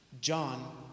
John